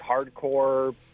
hardcore